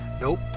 Nope